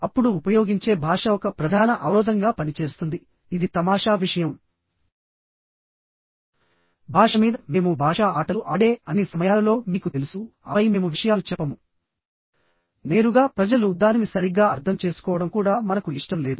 అప్పుడు ఉపయోగించే భాష ఒక ప్రధాన అవరోధంగా పనిచేస్తుంది ఇది తమాషా విషయం భాష మీద మేము భాషా ఆటలు ఆడే అన్ని సమయాలలో మీకు తెలుసుఆపై మేము విషయాలు చెప్పము నేరుగా ప్రజలు దానిని సరిగ్గా అర్థం చేసుకోవడం కూడా మనకు ఇష్టం లేదు